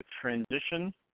transition